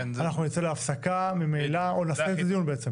נסיים את הדיון.